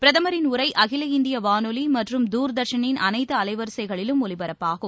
பிரதமின் உரை அகில இந்திய வானொலி மற்றும் தூர்தா்ஷனின் அனைத்து அலைவரிசைகளிலும் ஒலிபரப்பாகும்